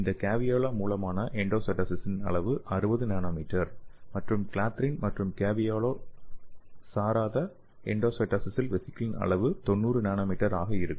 இந்த கேவியோலா மூலமான எண்டோசைட்டோசிஸில் அளவு 60 நானோமீட்டர் மற்றும் கிளாத்ரின் மற்றும் கேவியோலா சாராத எண்டோசைட்டோசிஸில் வெசிகிள்களின் அளவு 90 நானோமீட்டர் ஆக இருக்கும்